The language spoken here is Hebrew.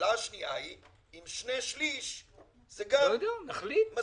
השאלה השנייה היא, האם שני שליש זה מספיק?